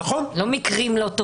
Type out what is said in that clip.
לא מקרים לא טובים.